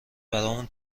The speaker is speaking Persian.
برامون